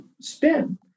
spin